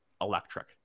electric